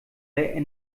der